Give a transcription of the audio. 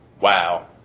Wow